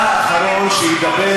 ובשם חופש הביטוי, אתה האחרון שידבר בזכות